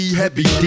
heavy